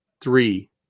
three